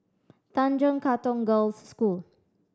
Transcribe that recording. Tanjong Katong Girls' School